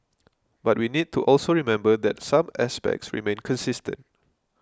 but we need to also remember that some aspects remain consistent